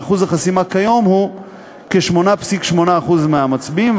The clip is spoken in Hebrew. ואחוז החסימה כיום הוא כ-8.8% מהמצביעים,